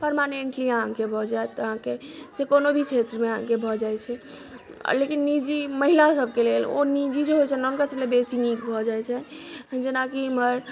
permanently अहाँके भऽ जायत अहाँके से कोनो भी क्षेत्र मे अहाँके भऽ जाइ छै आ लेकिन निजी महिला सबके लेल ओ निजी जे होइ छै ने हुनका सबलए बेसी नीक भऽ जाइ छै जेनाकी ईमहर